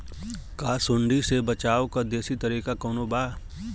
का सूंडी से बचाव क देशी तरीका कवनो बा?